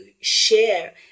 share